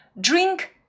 drink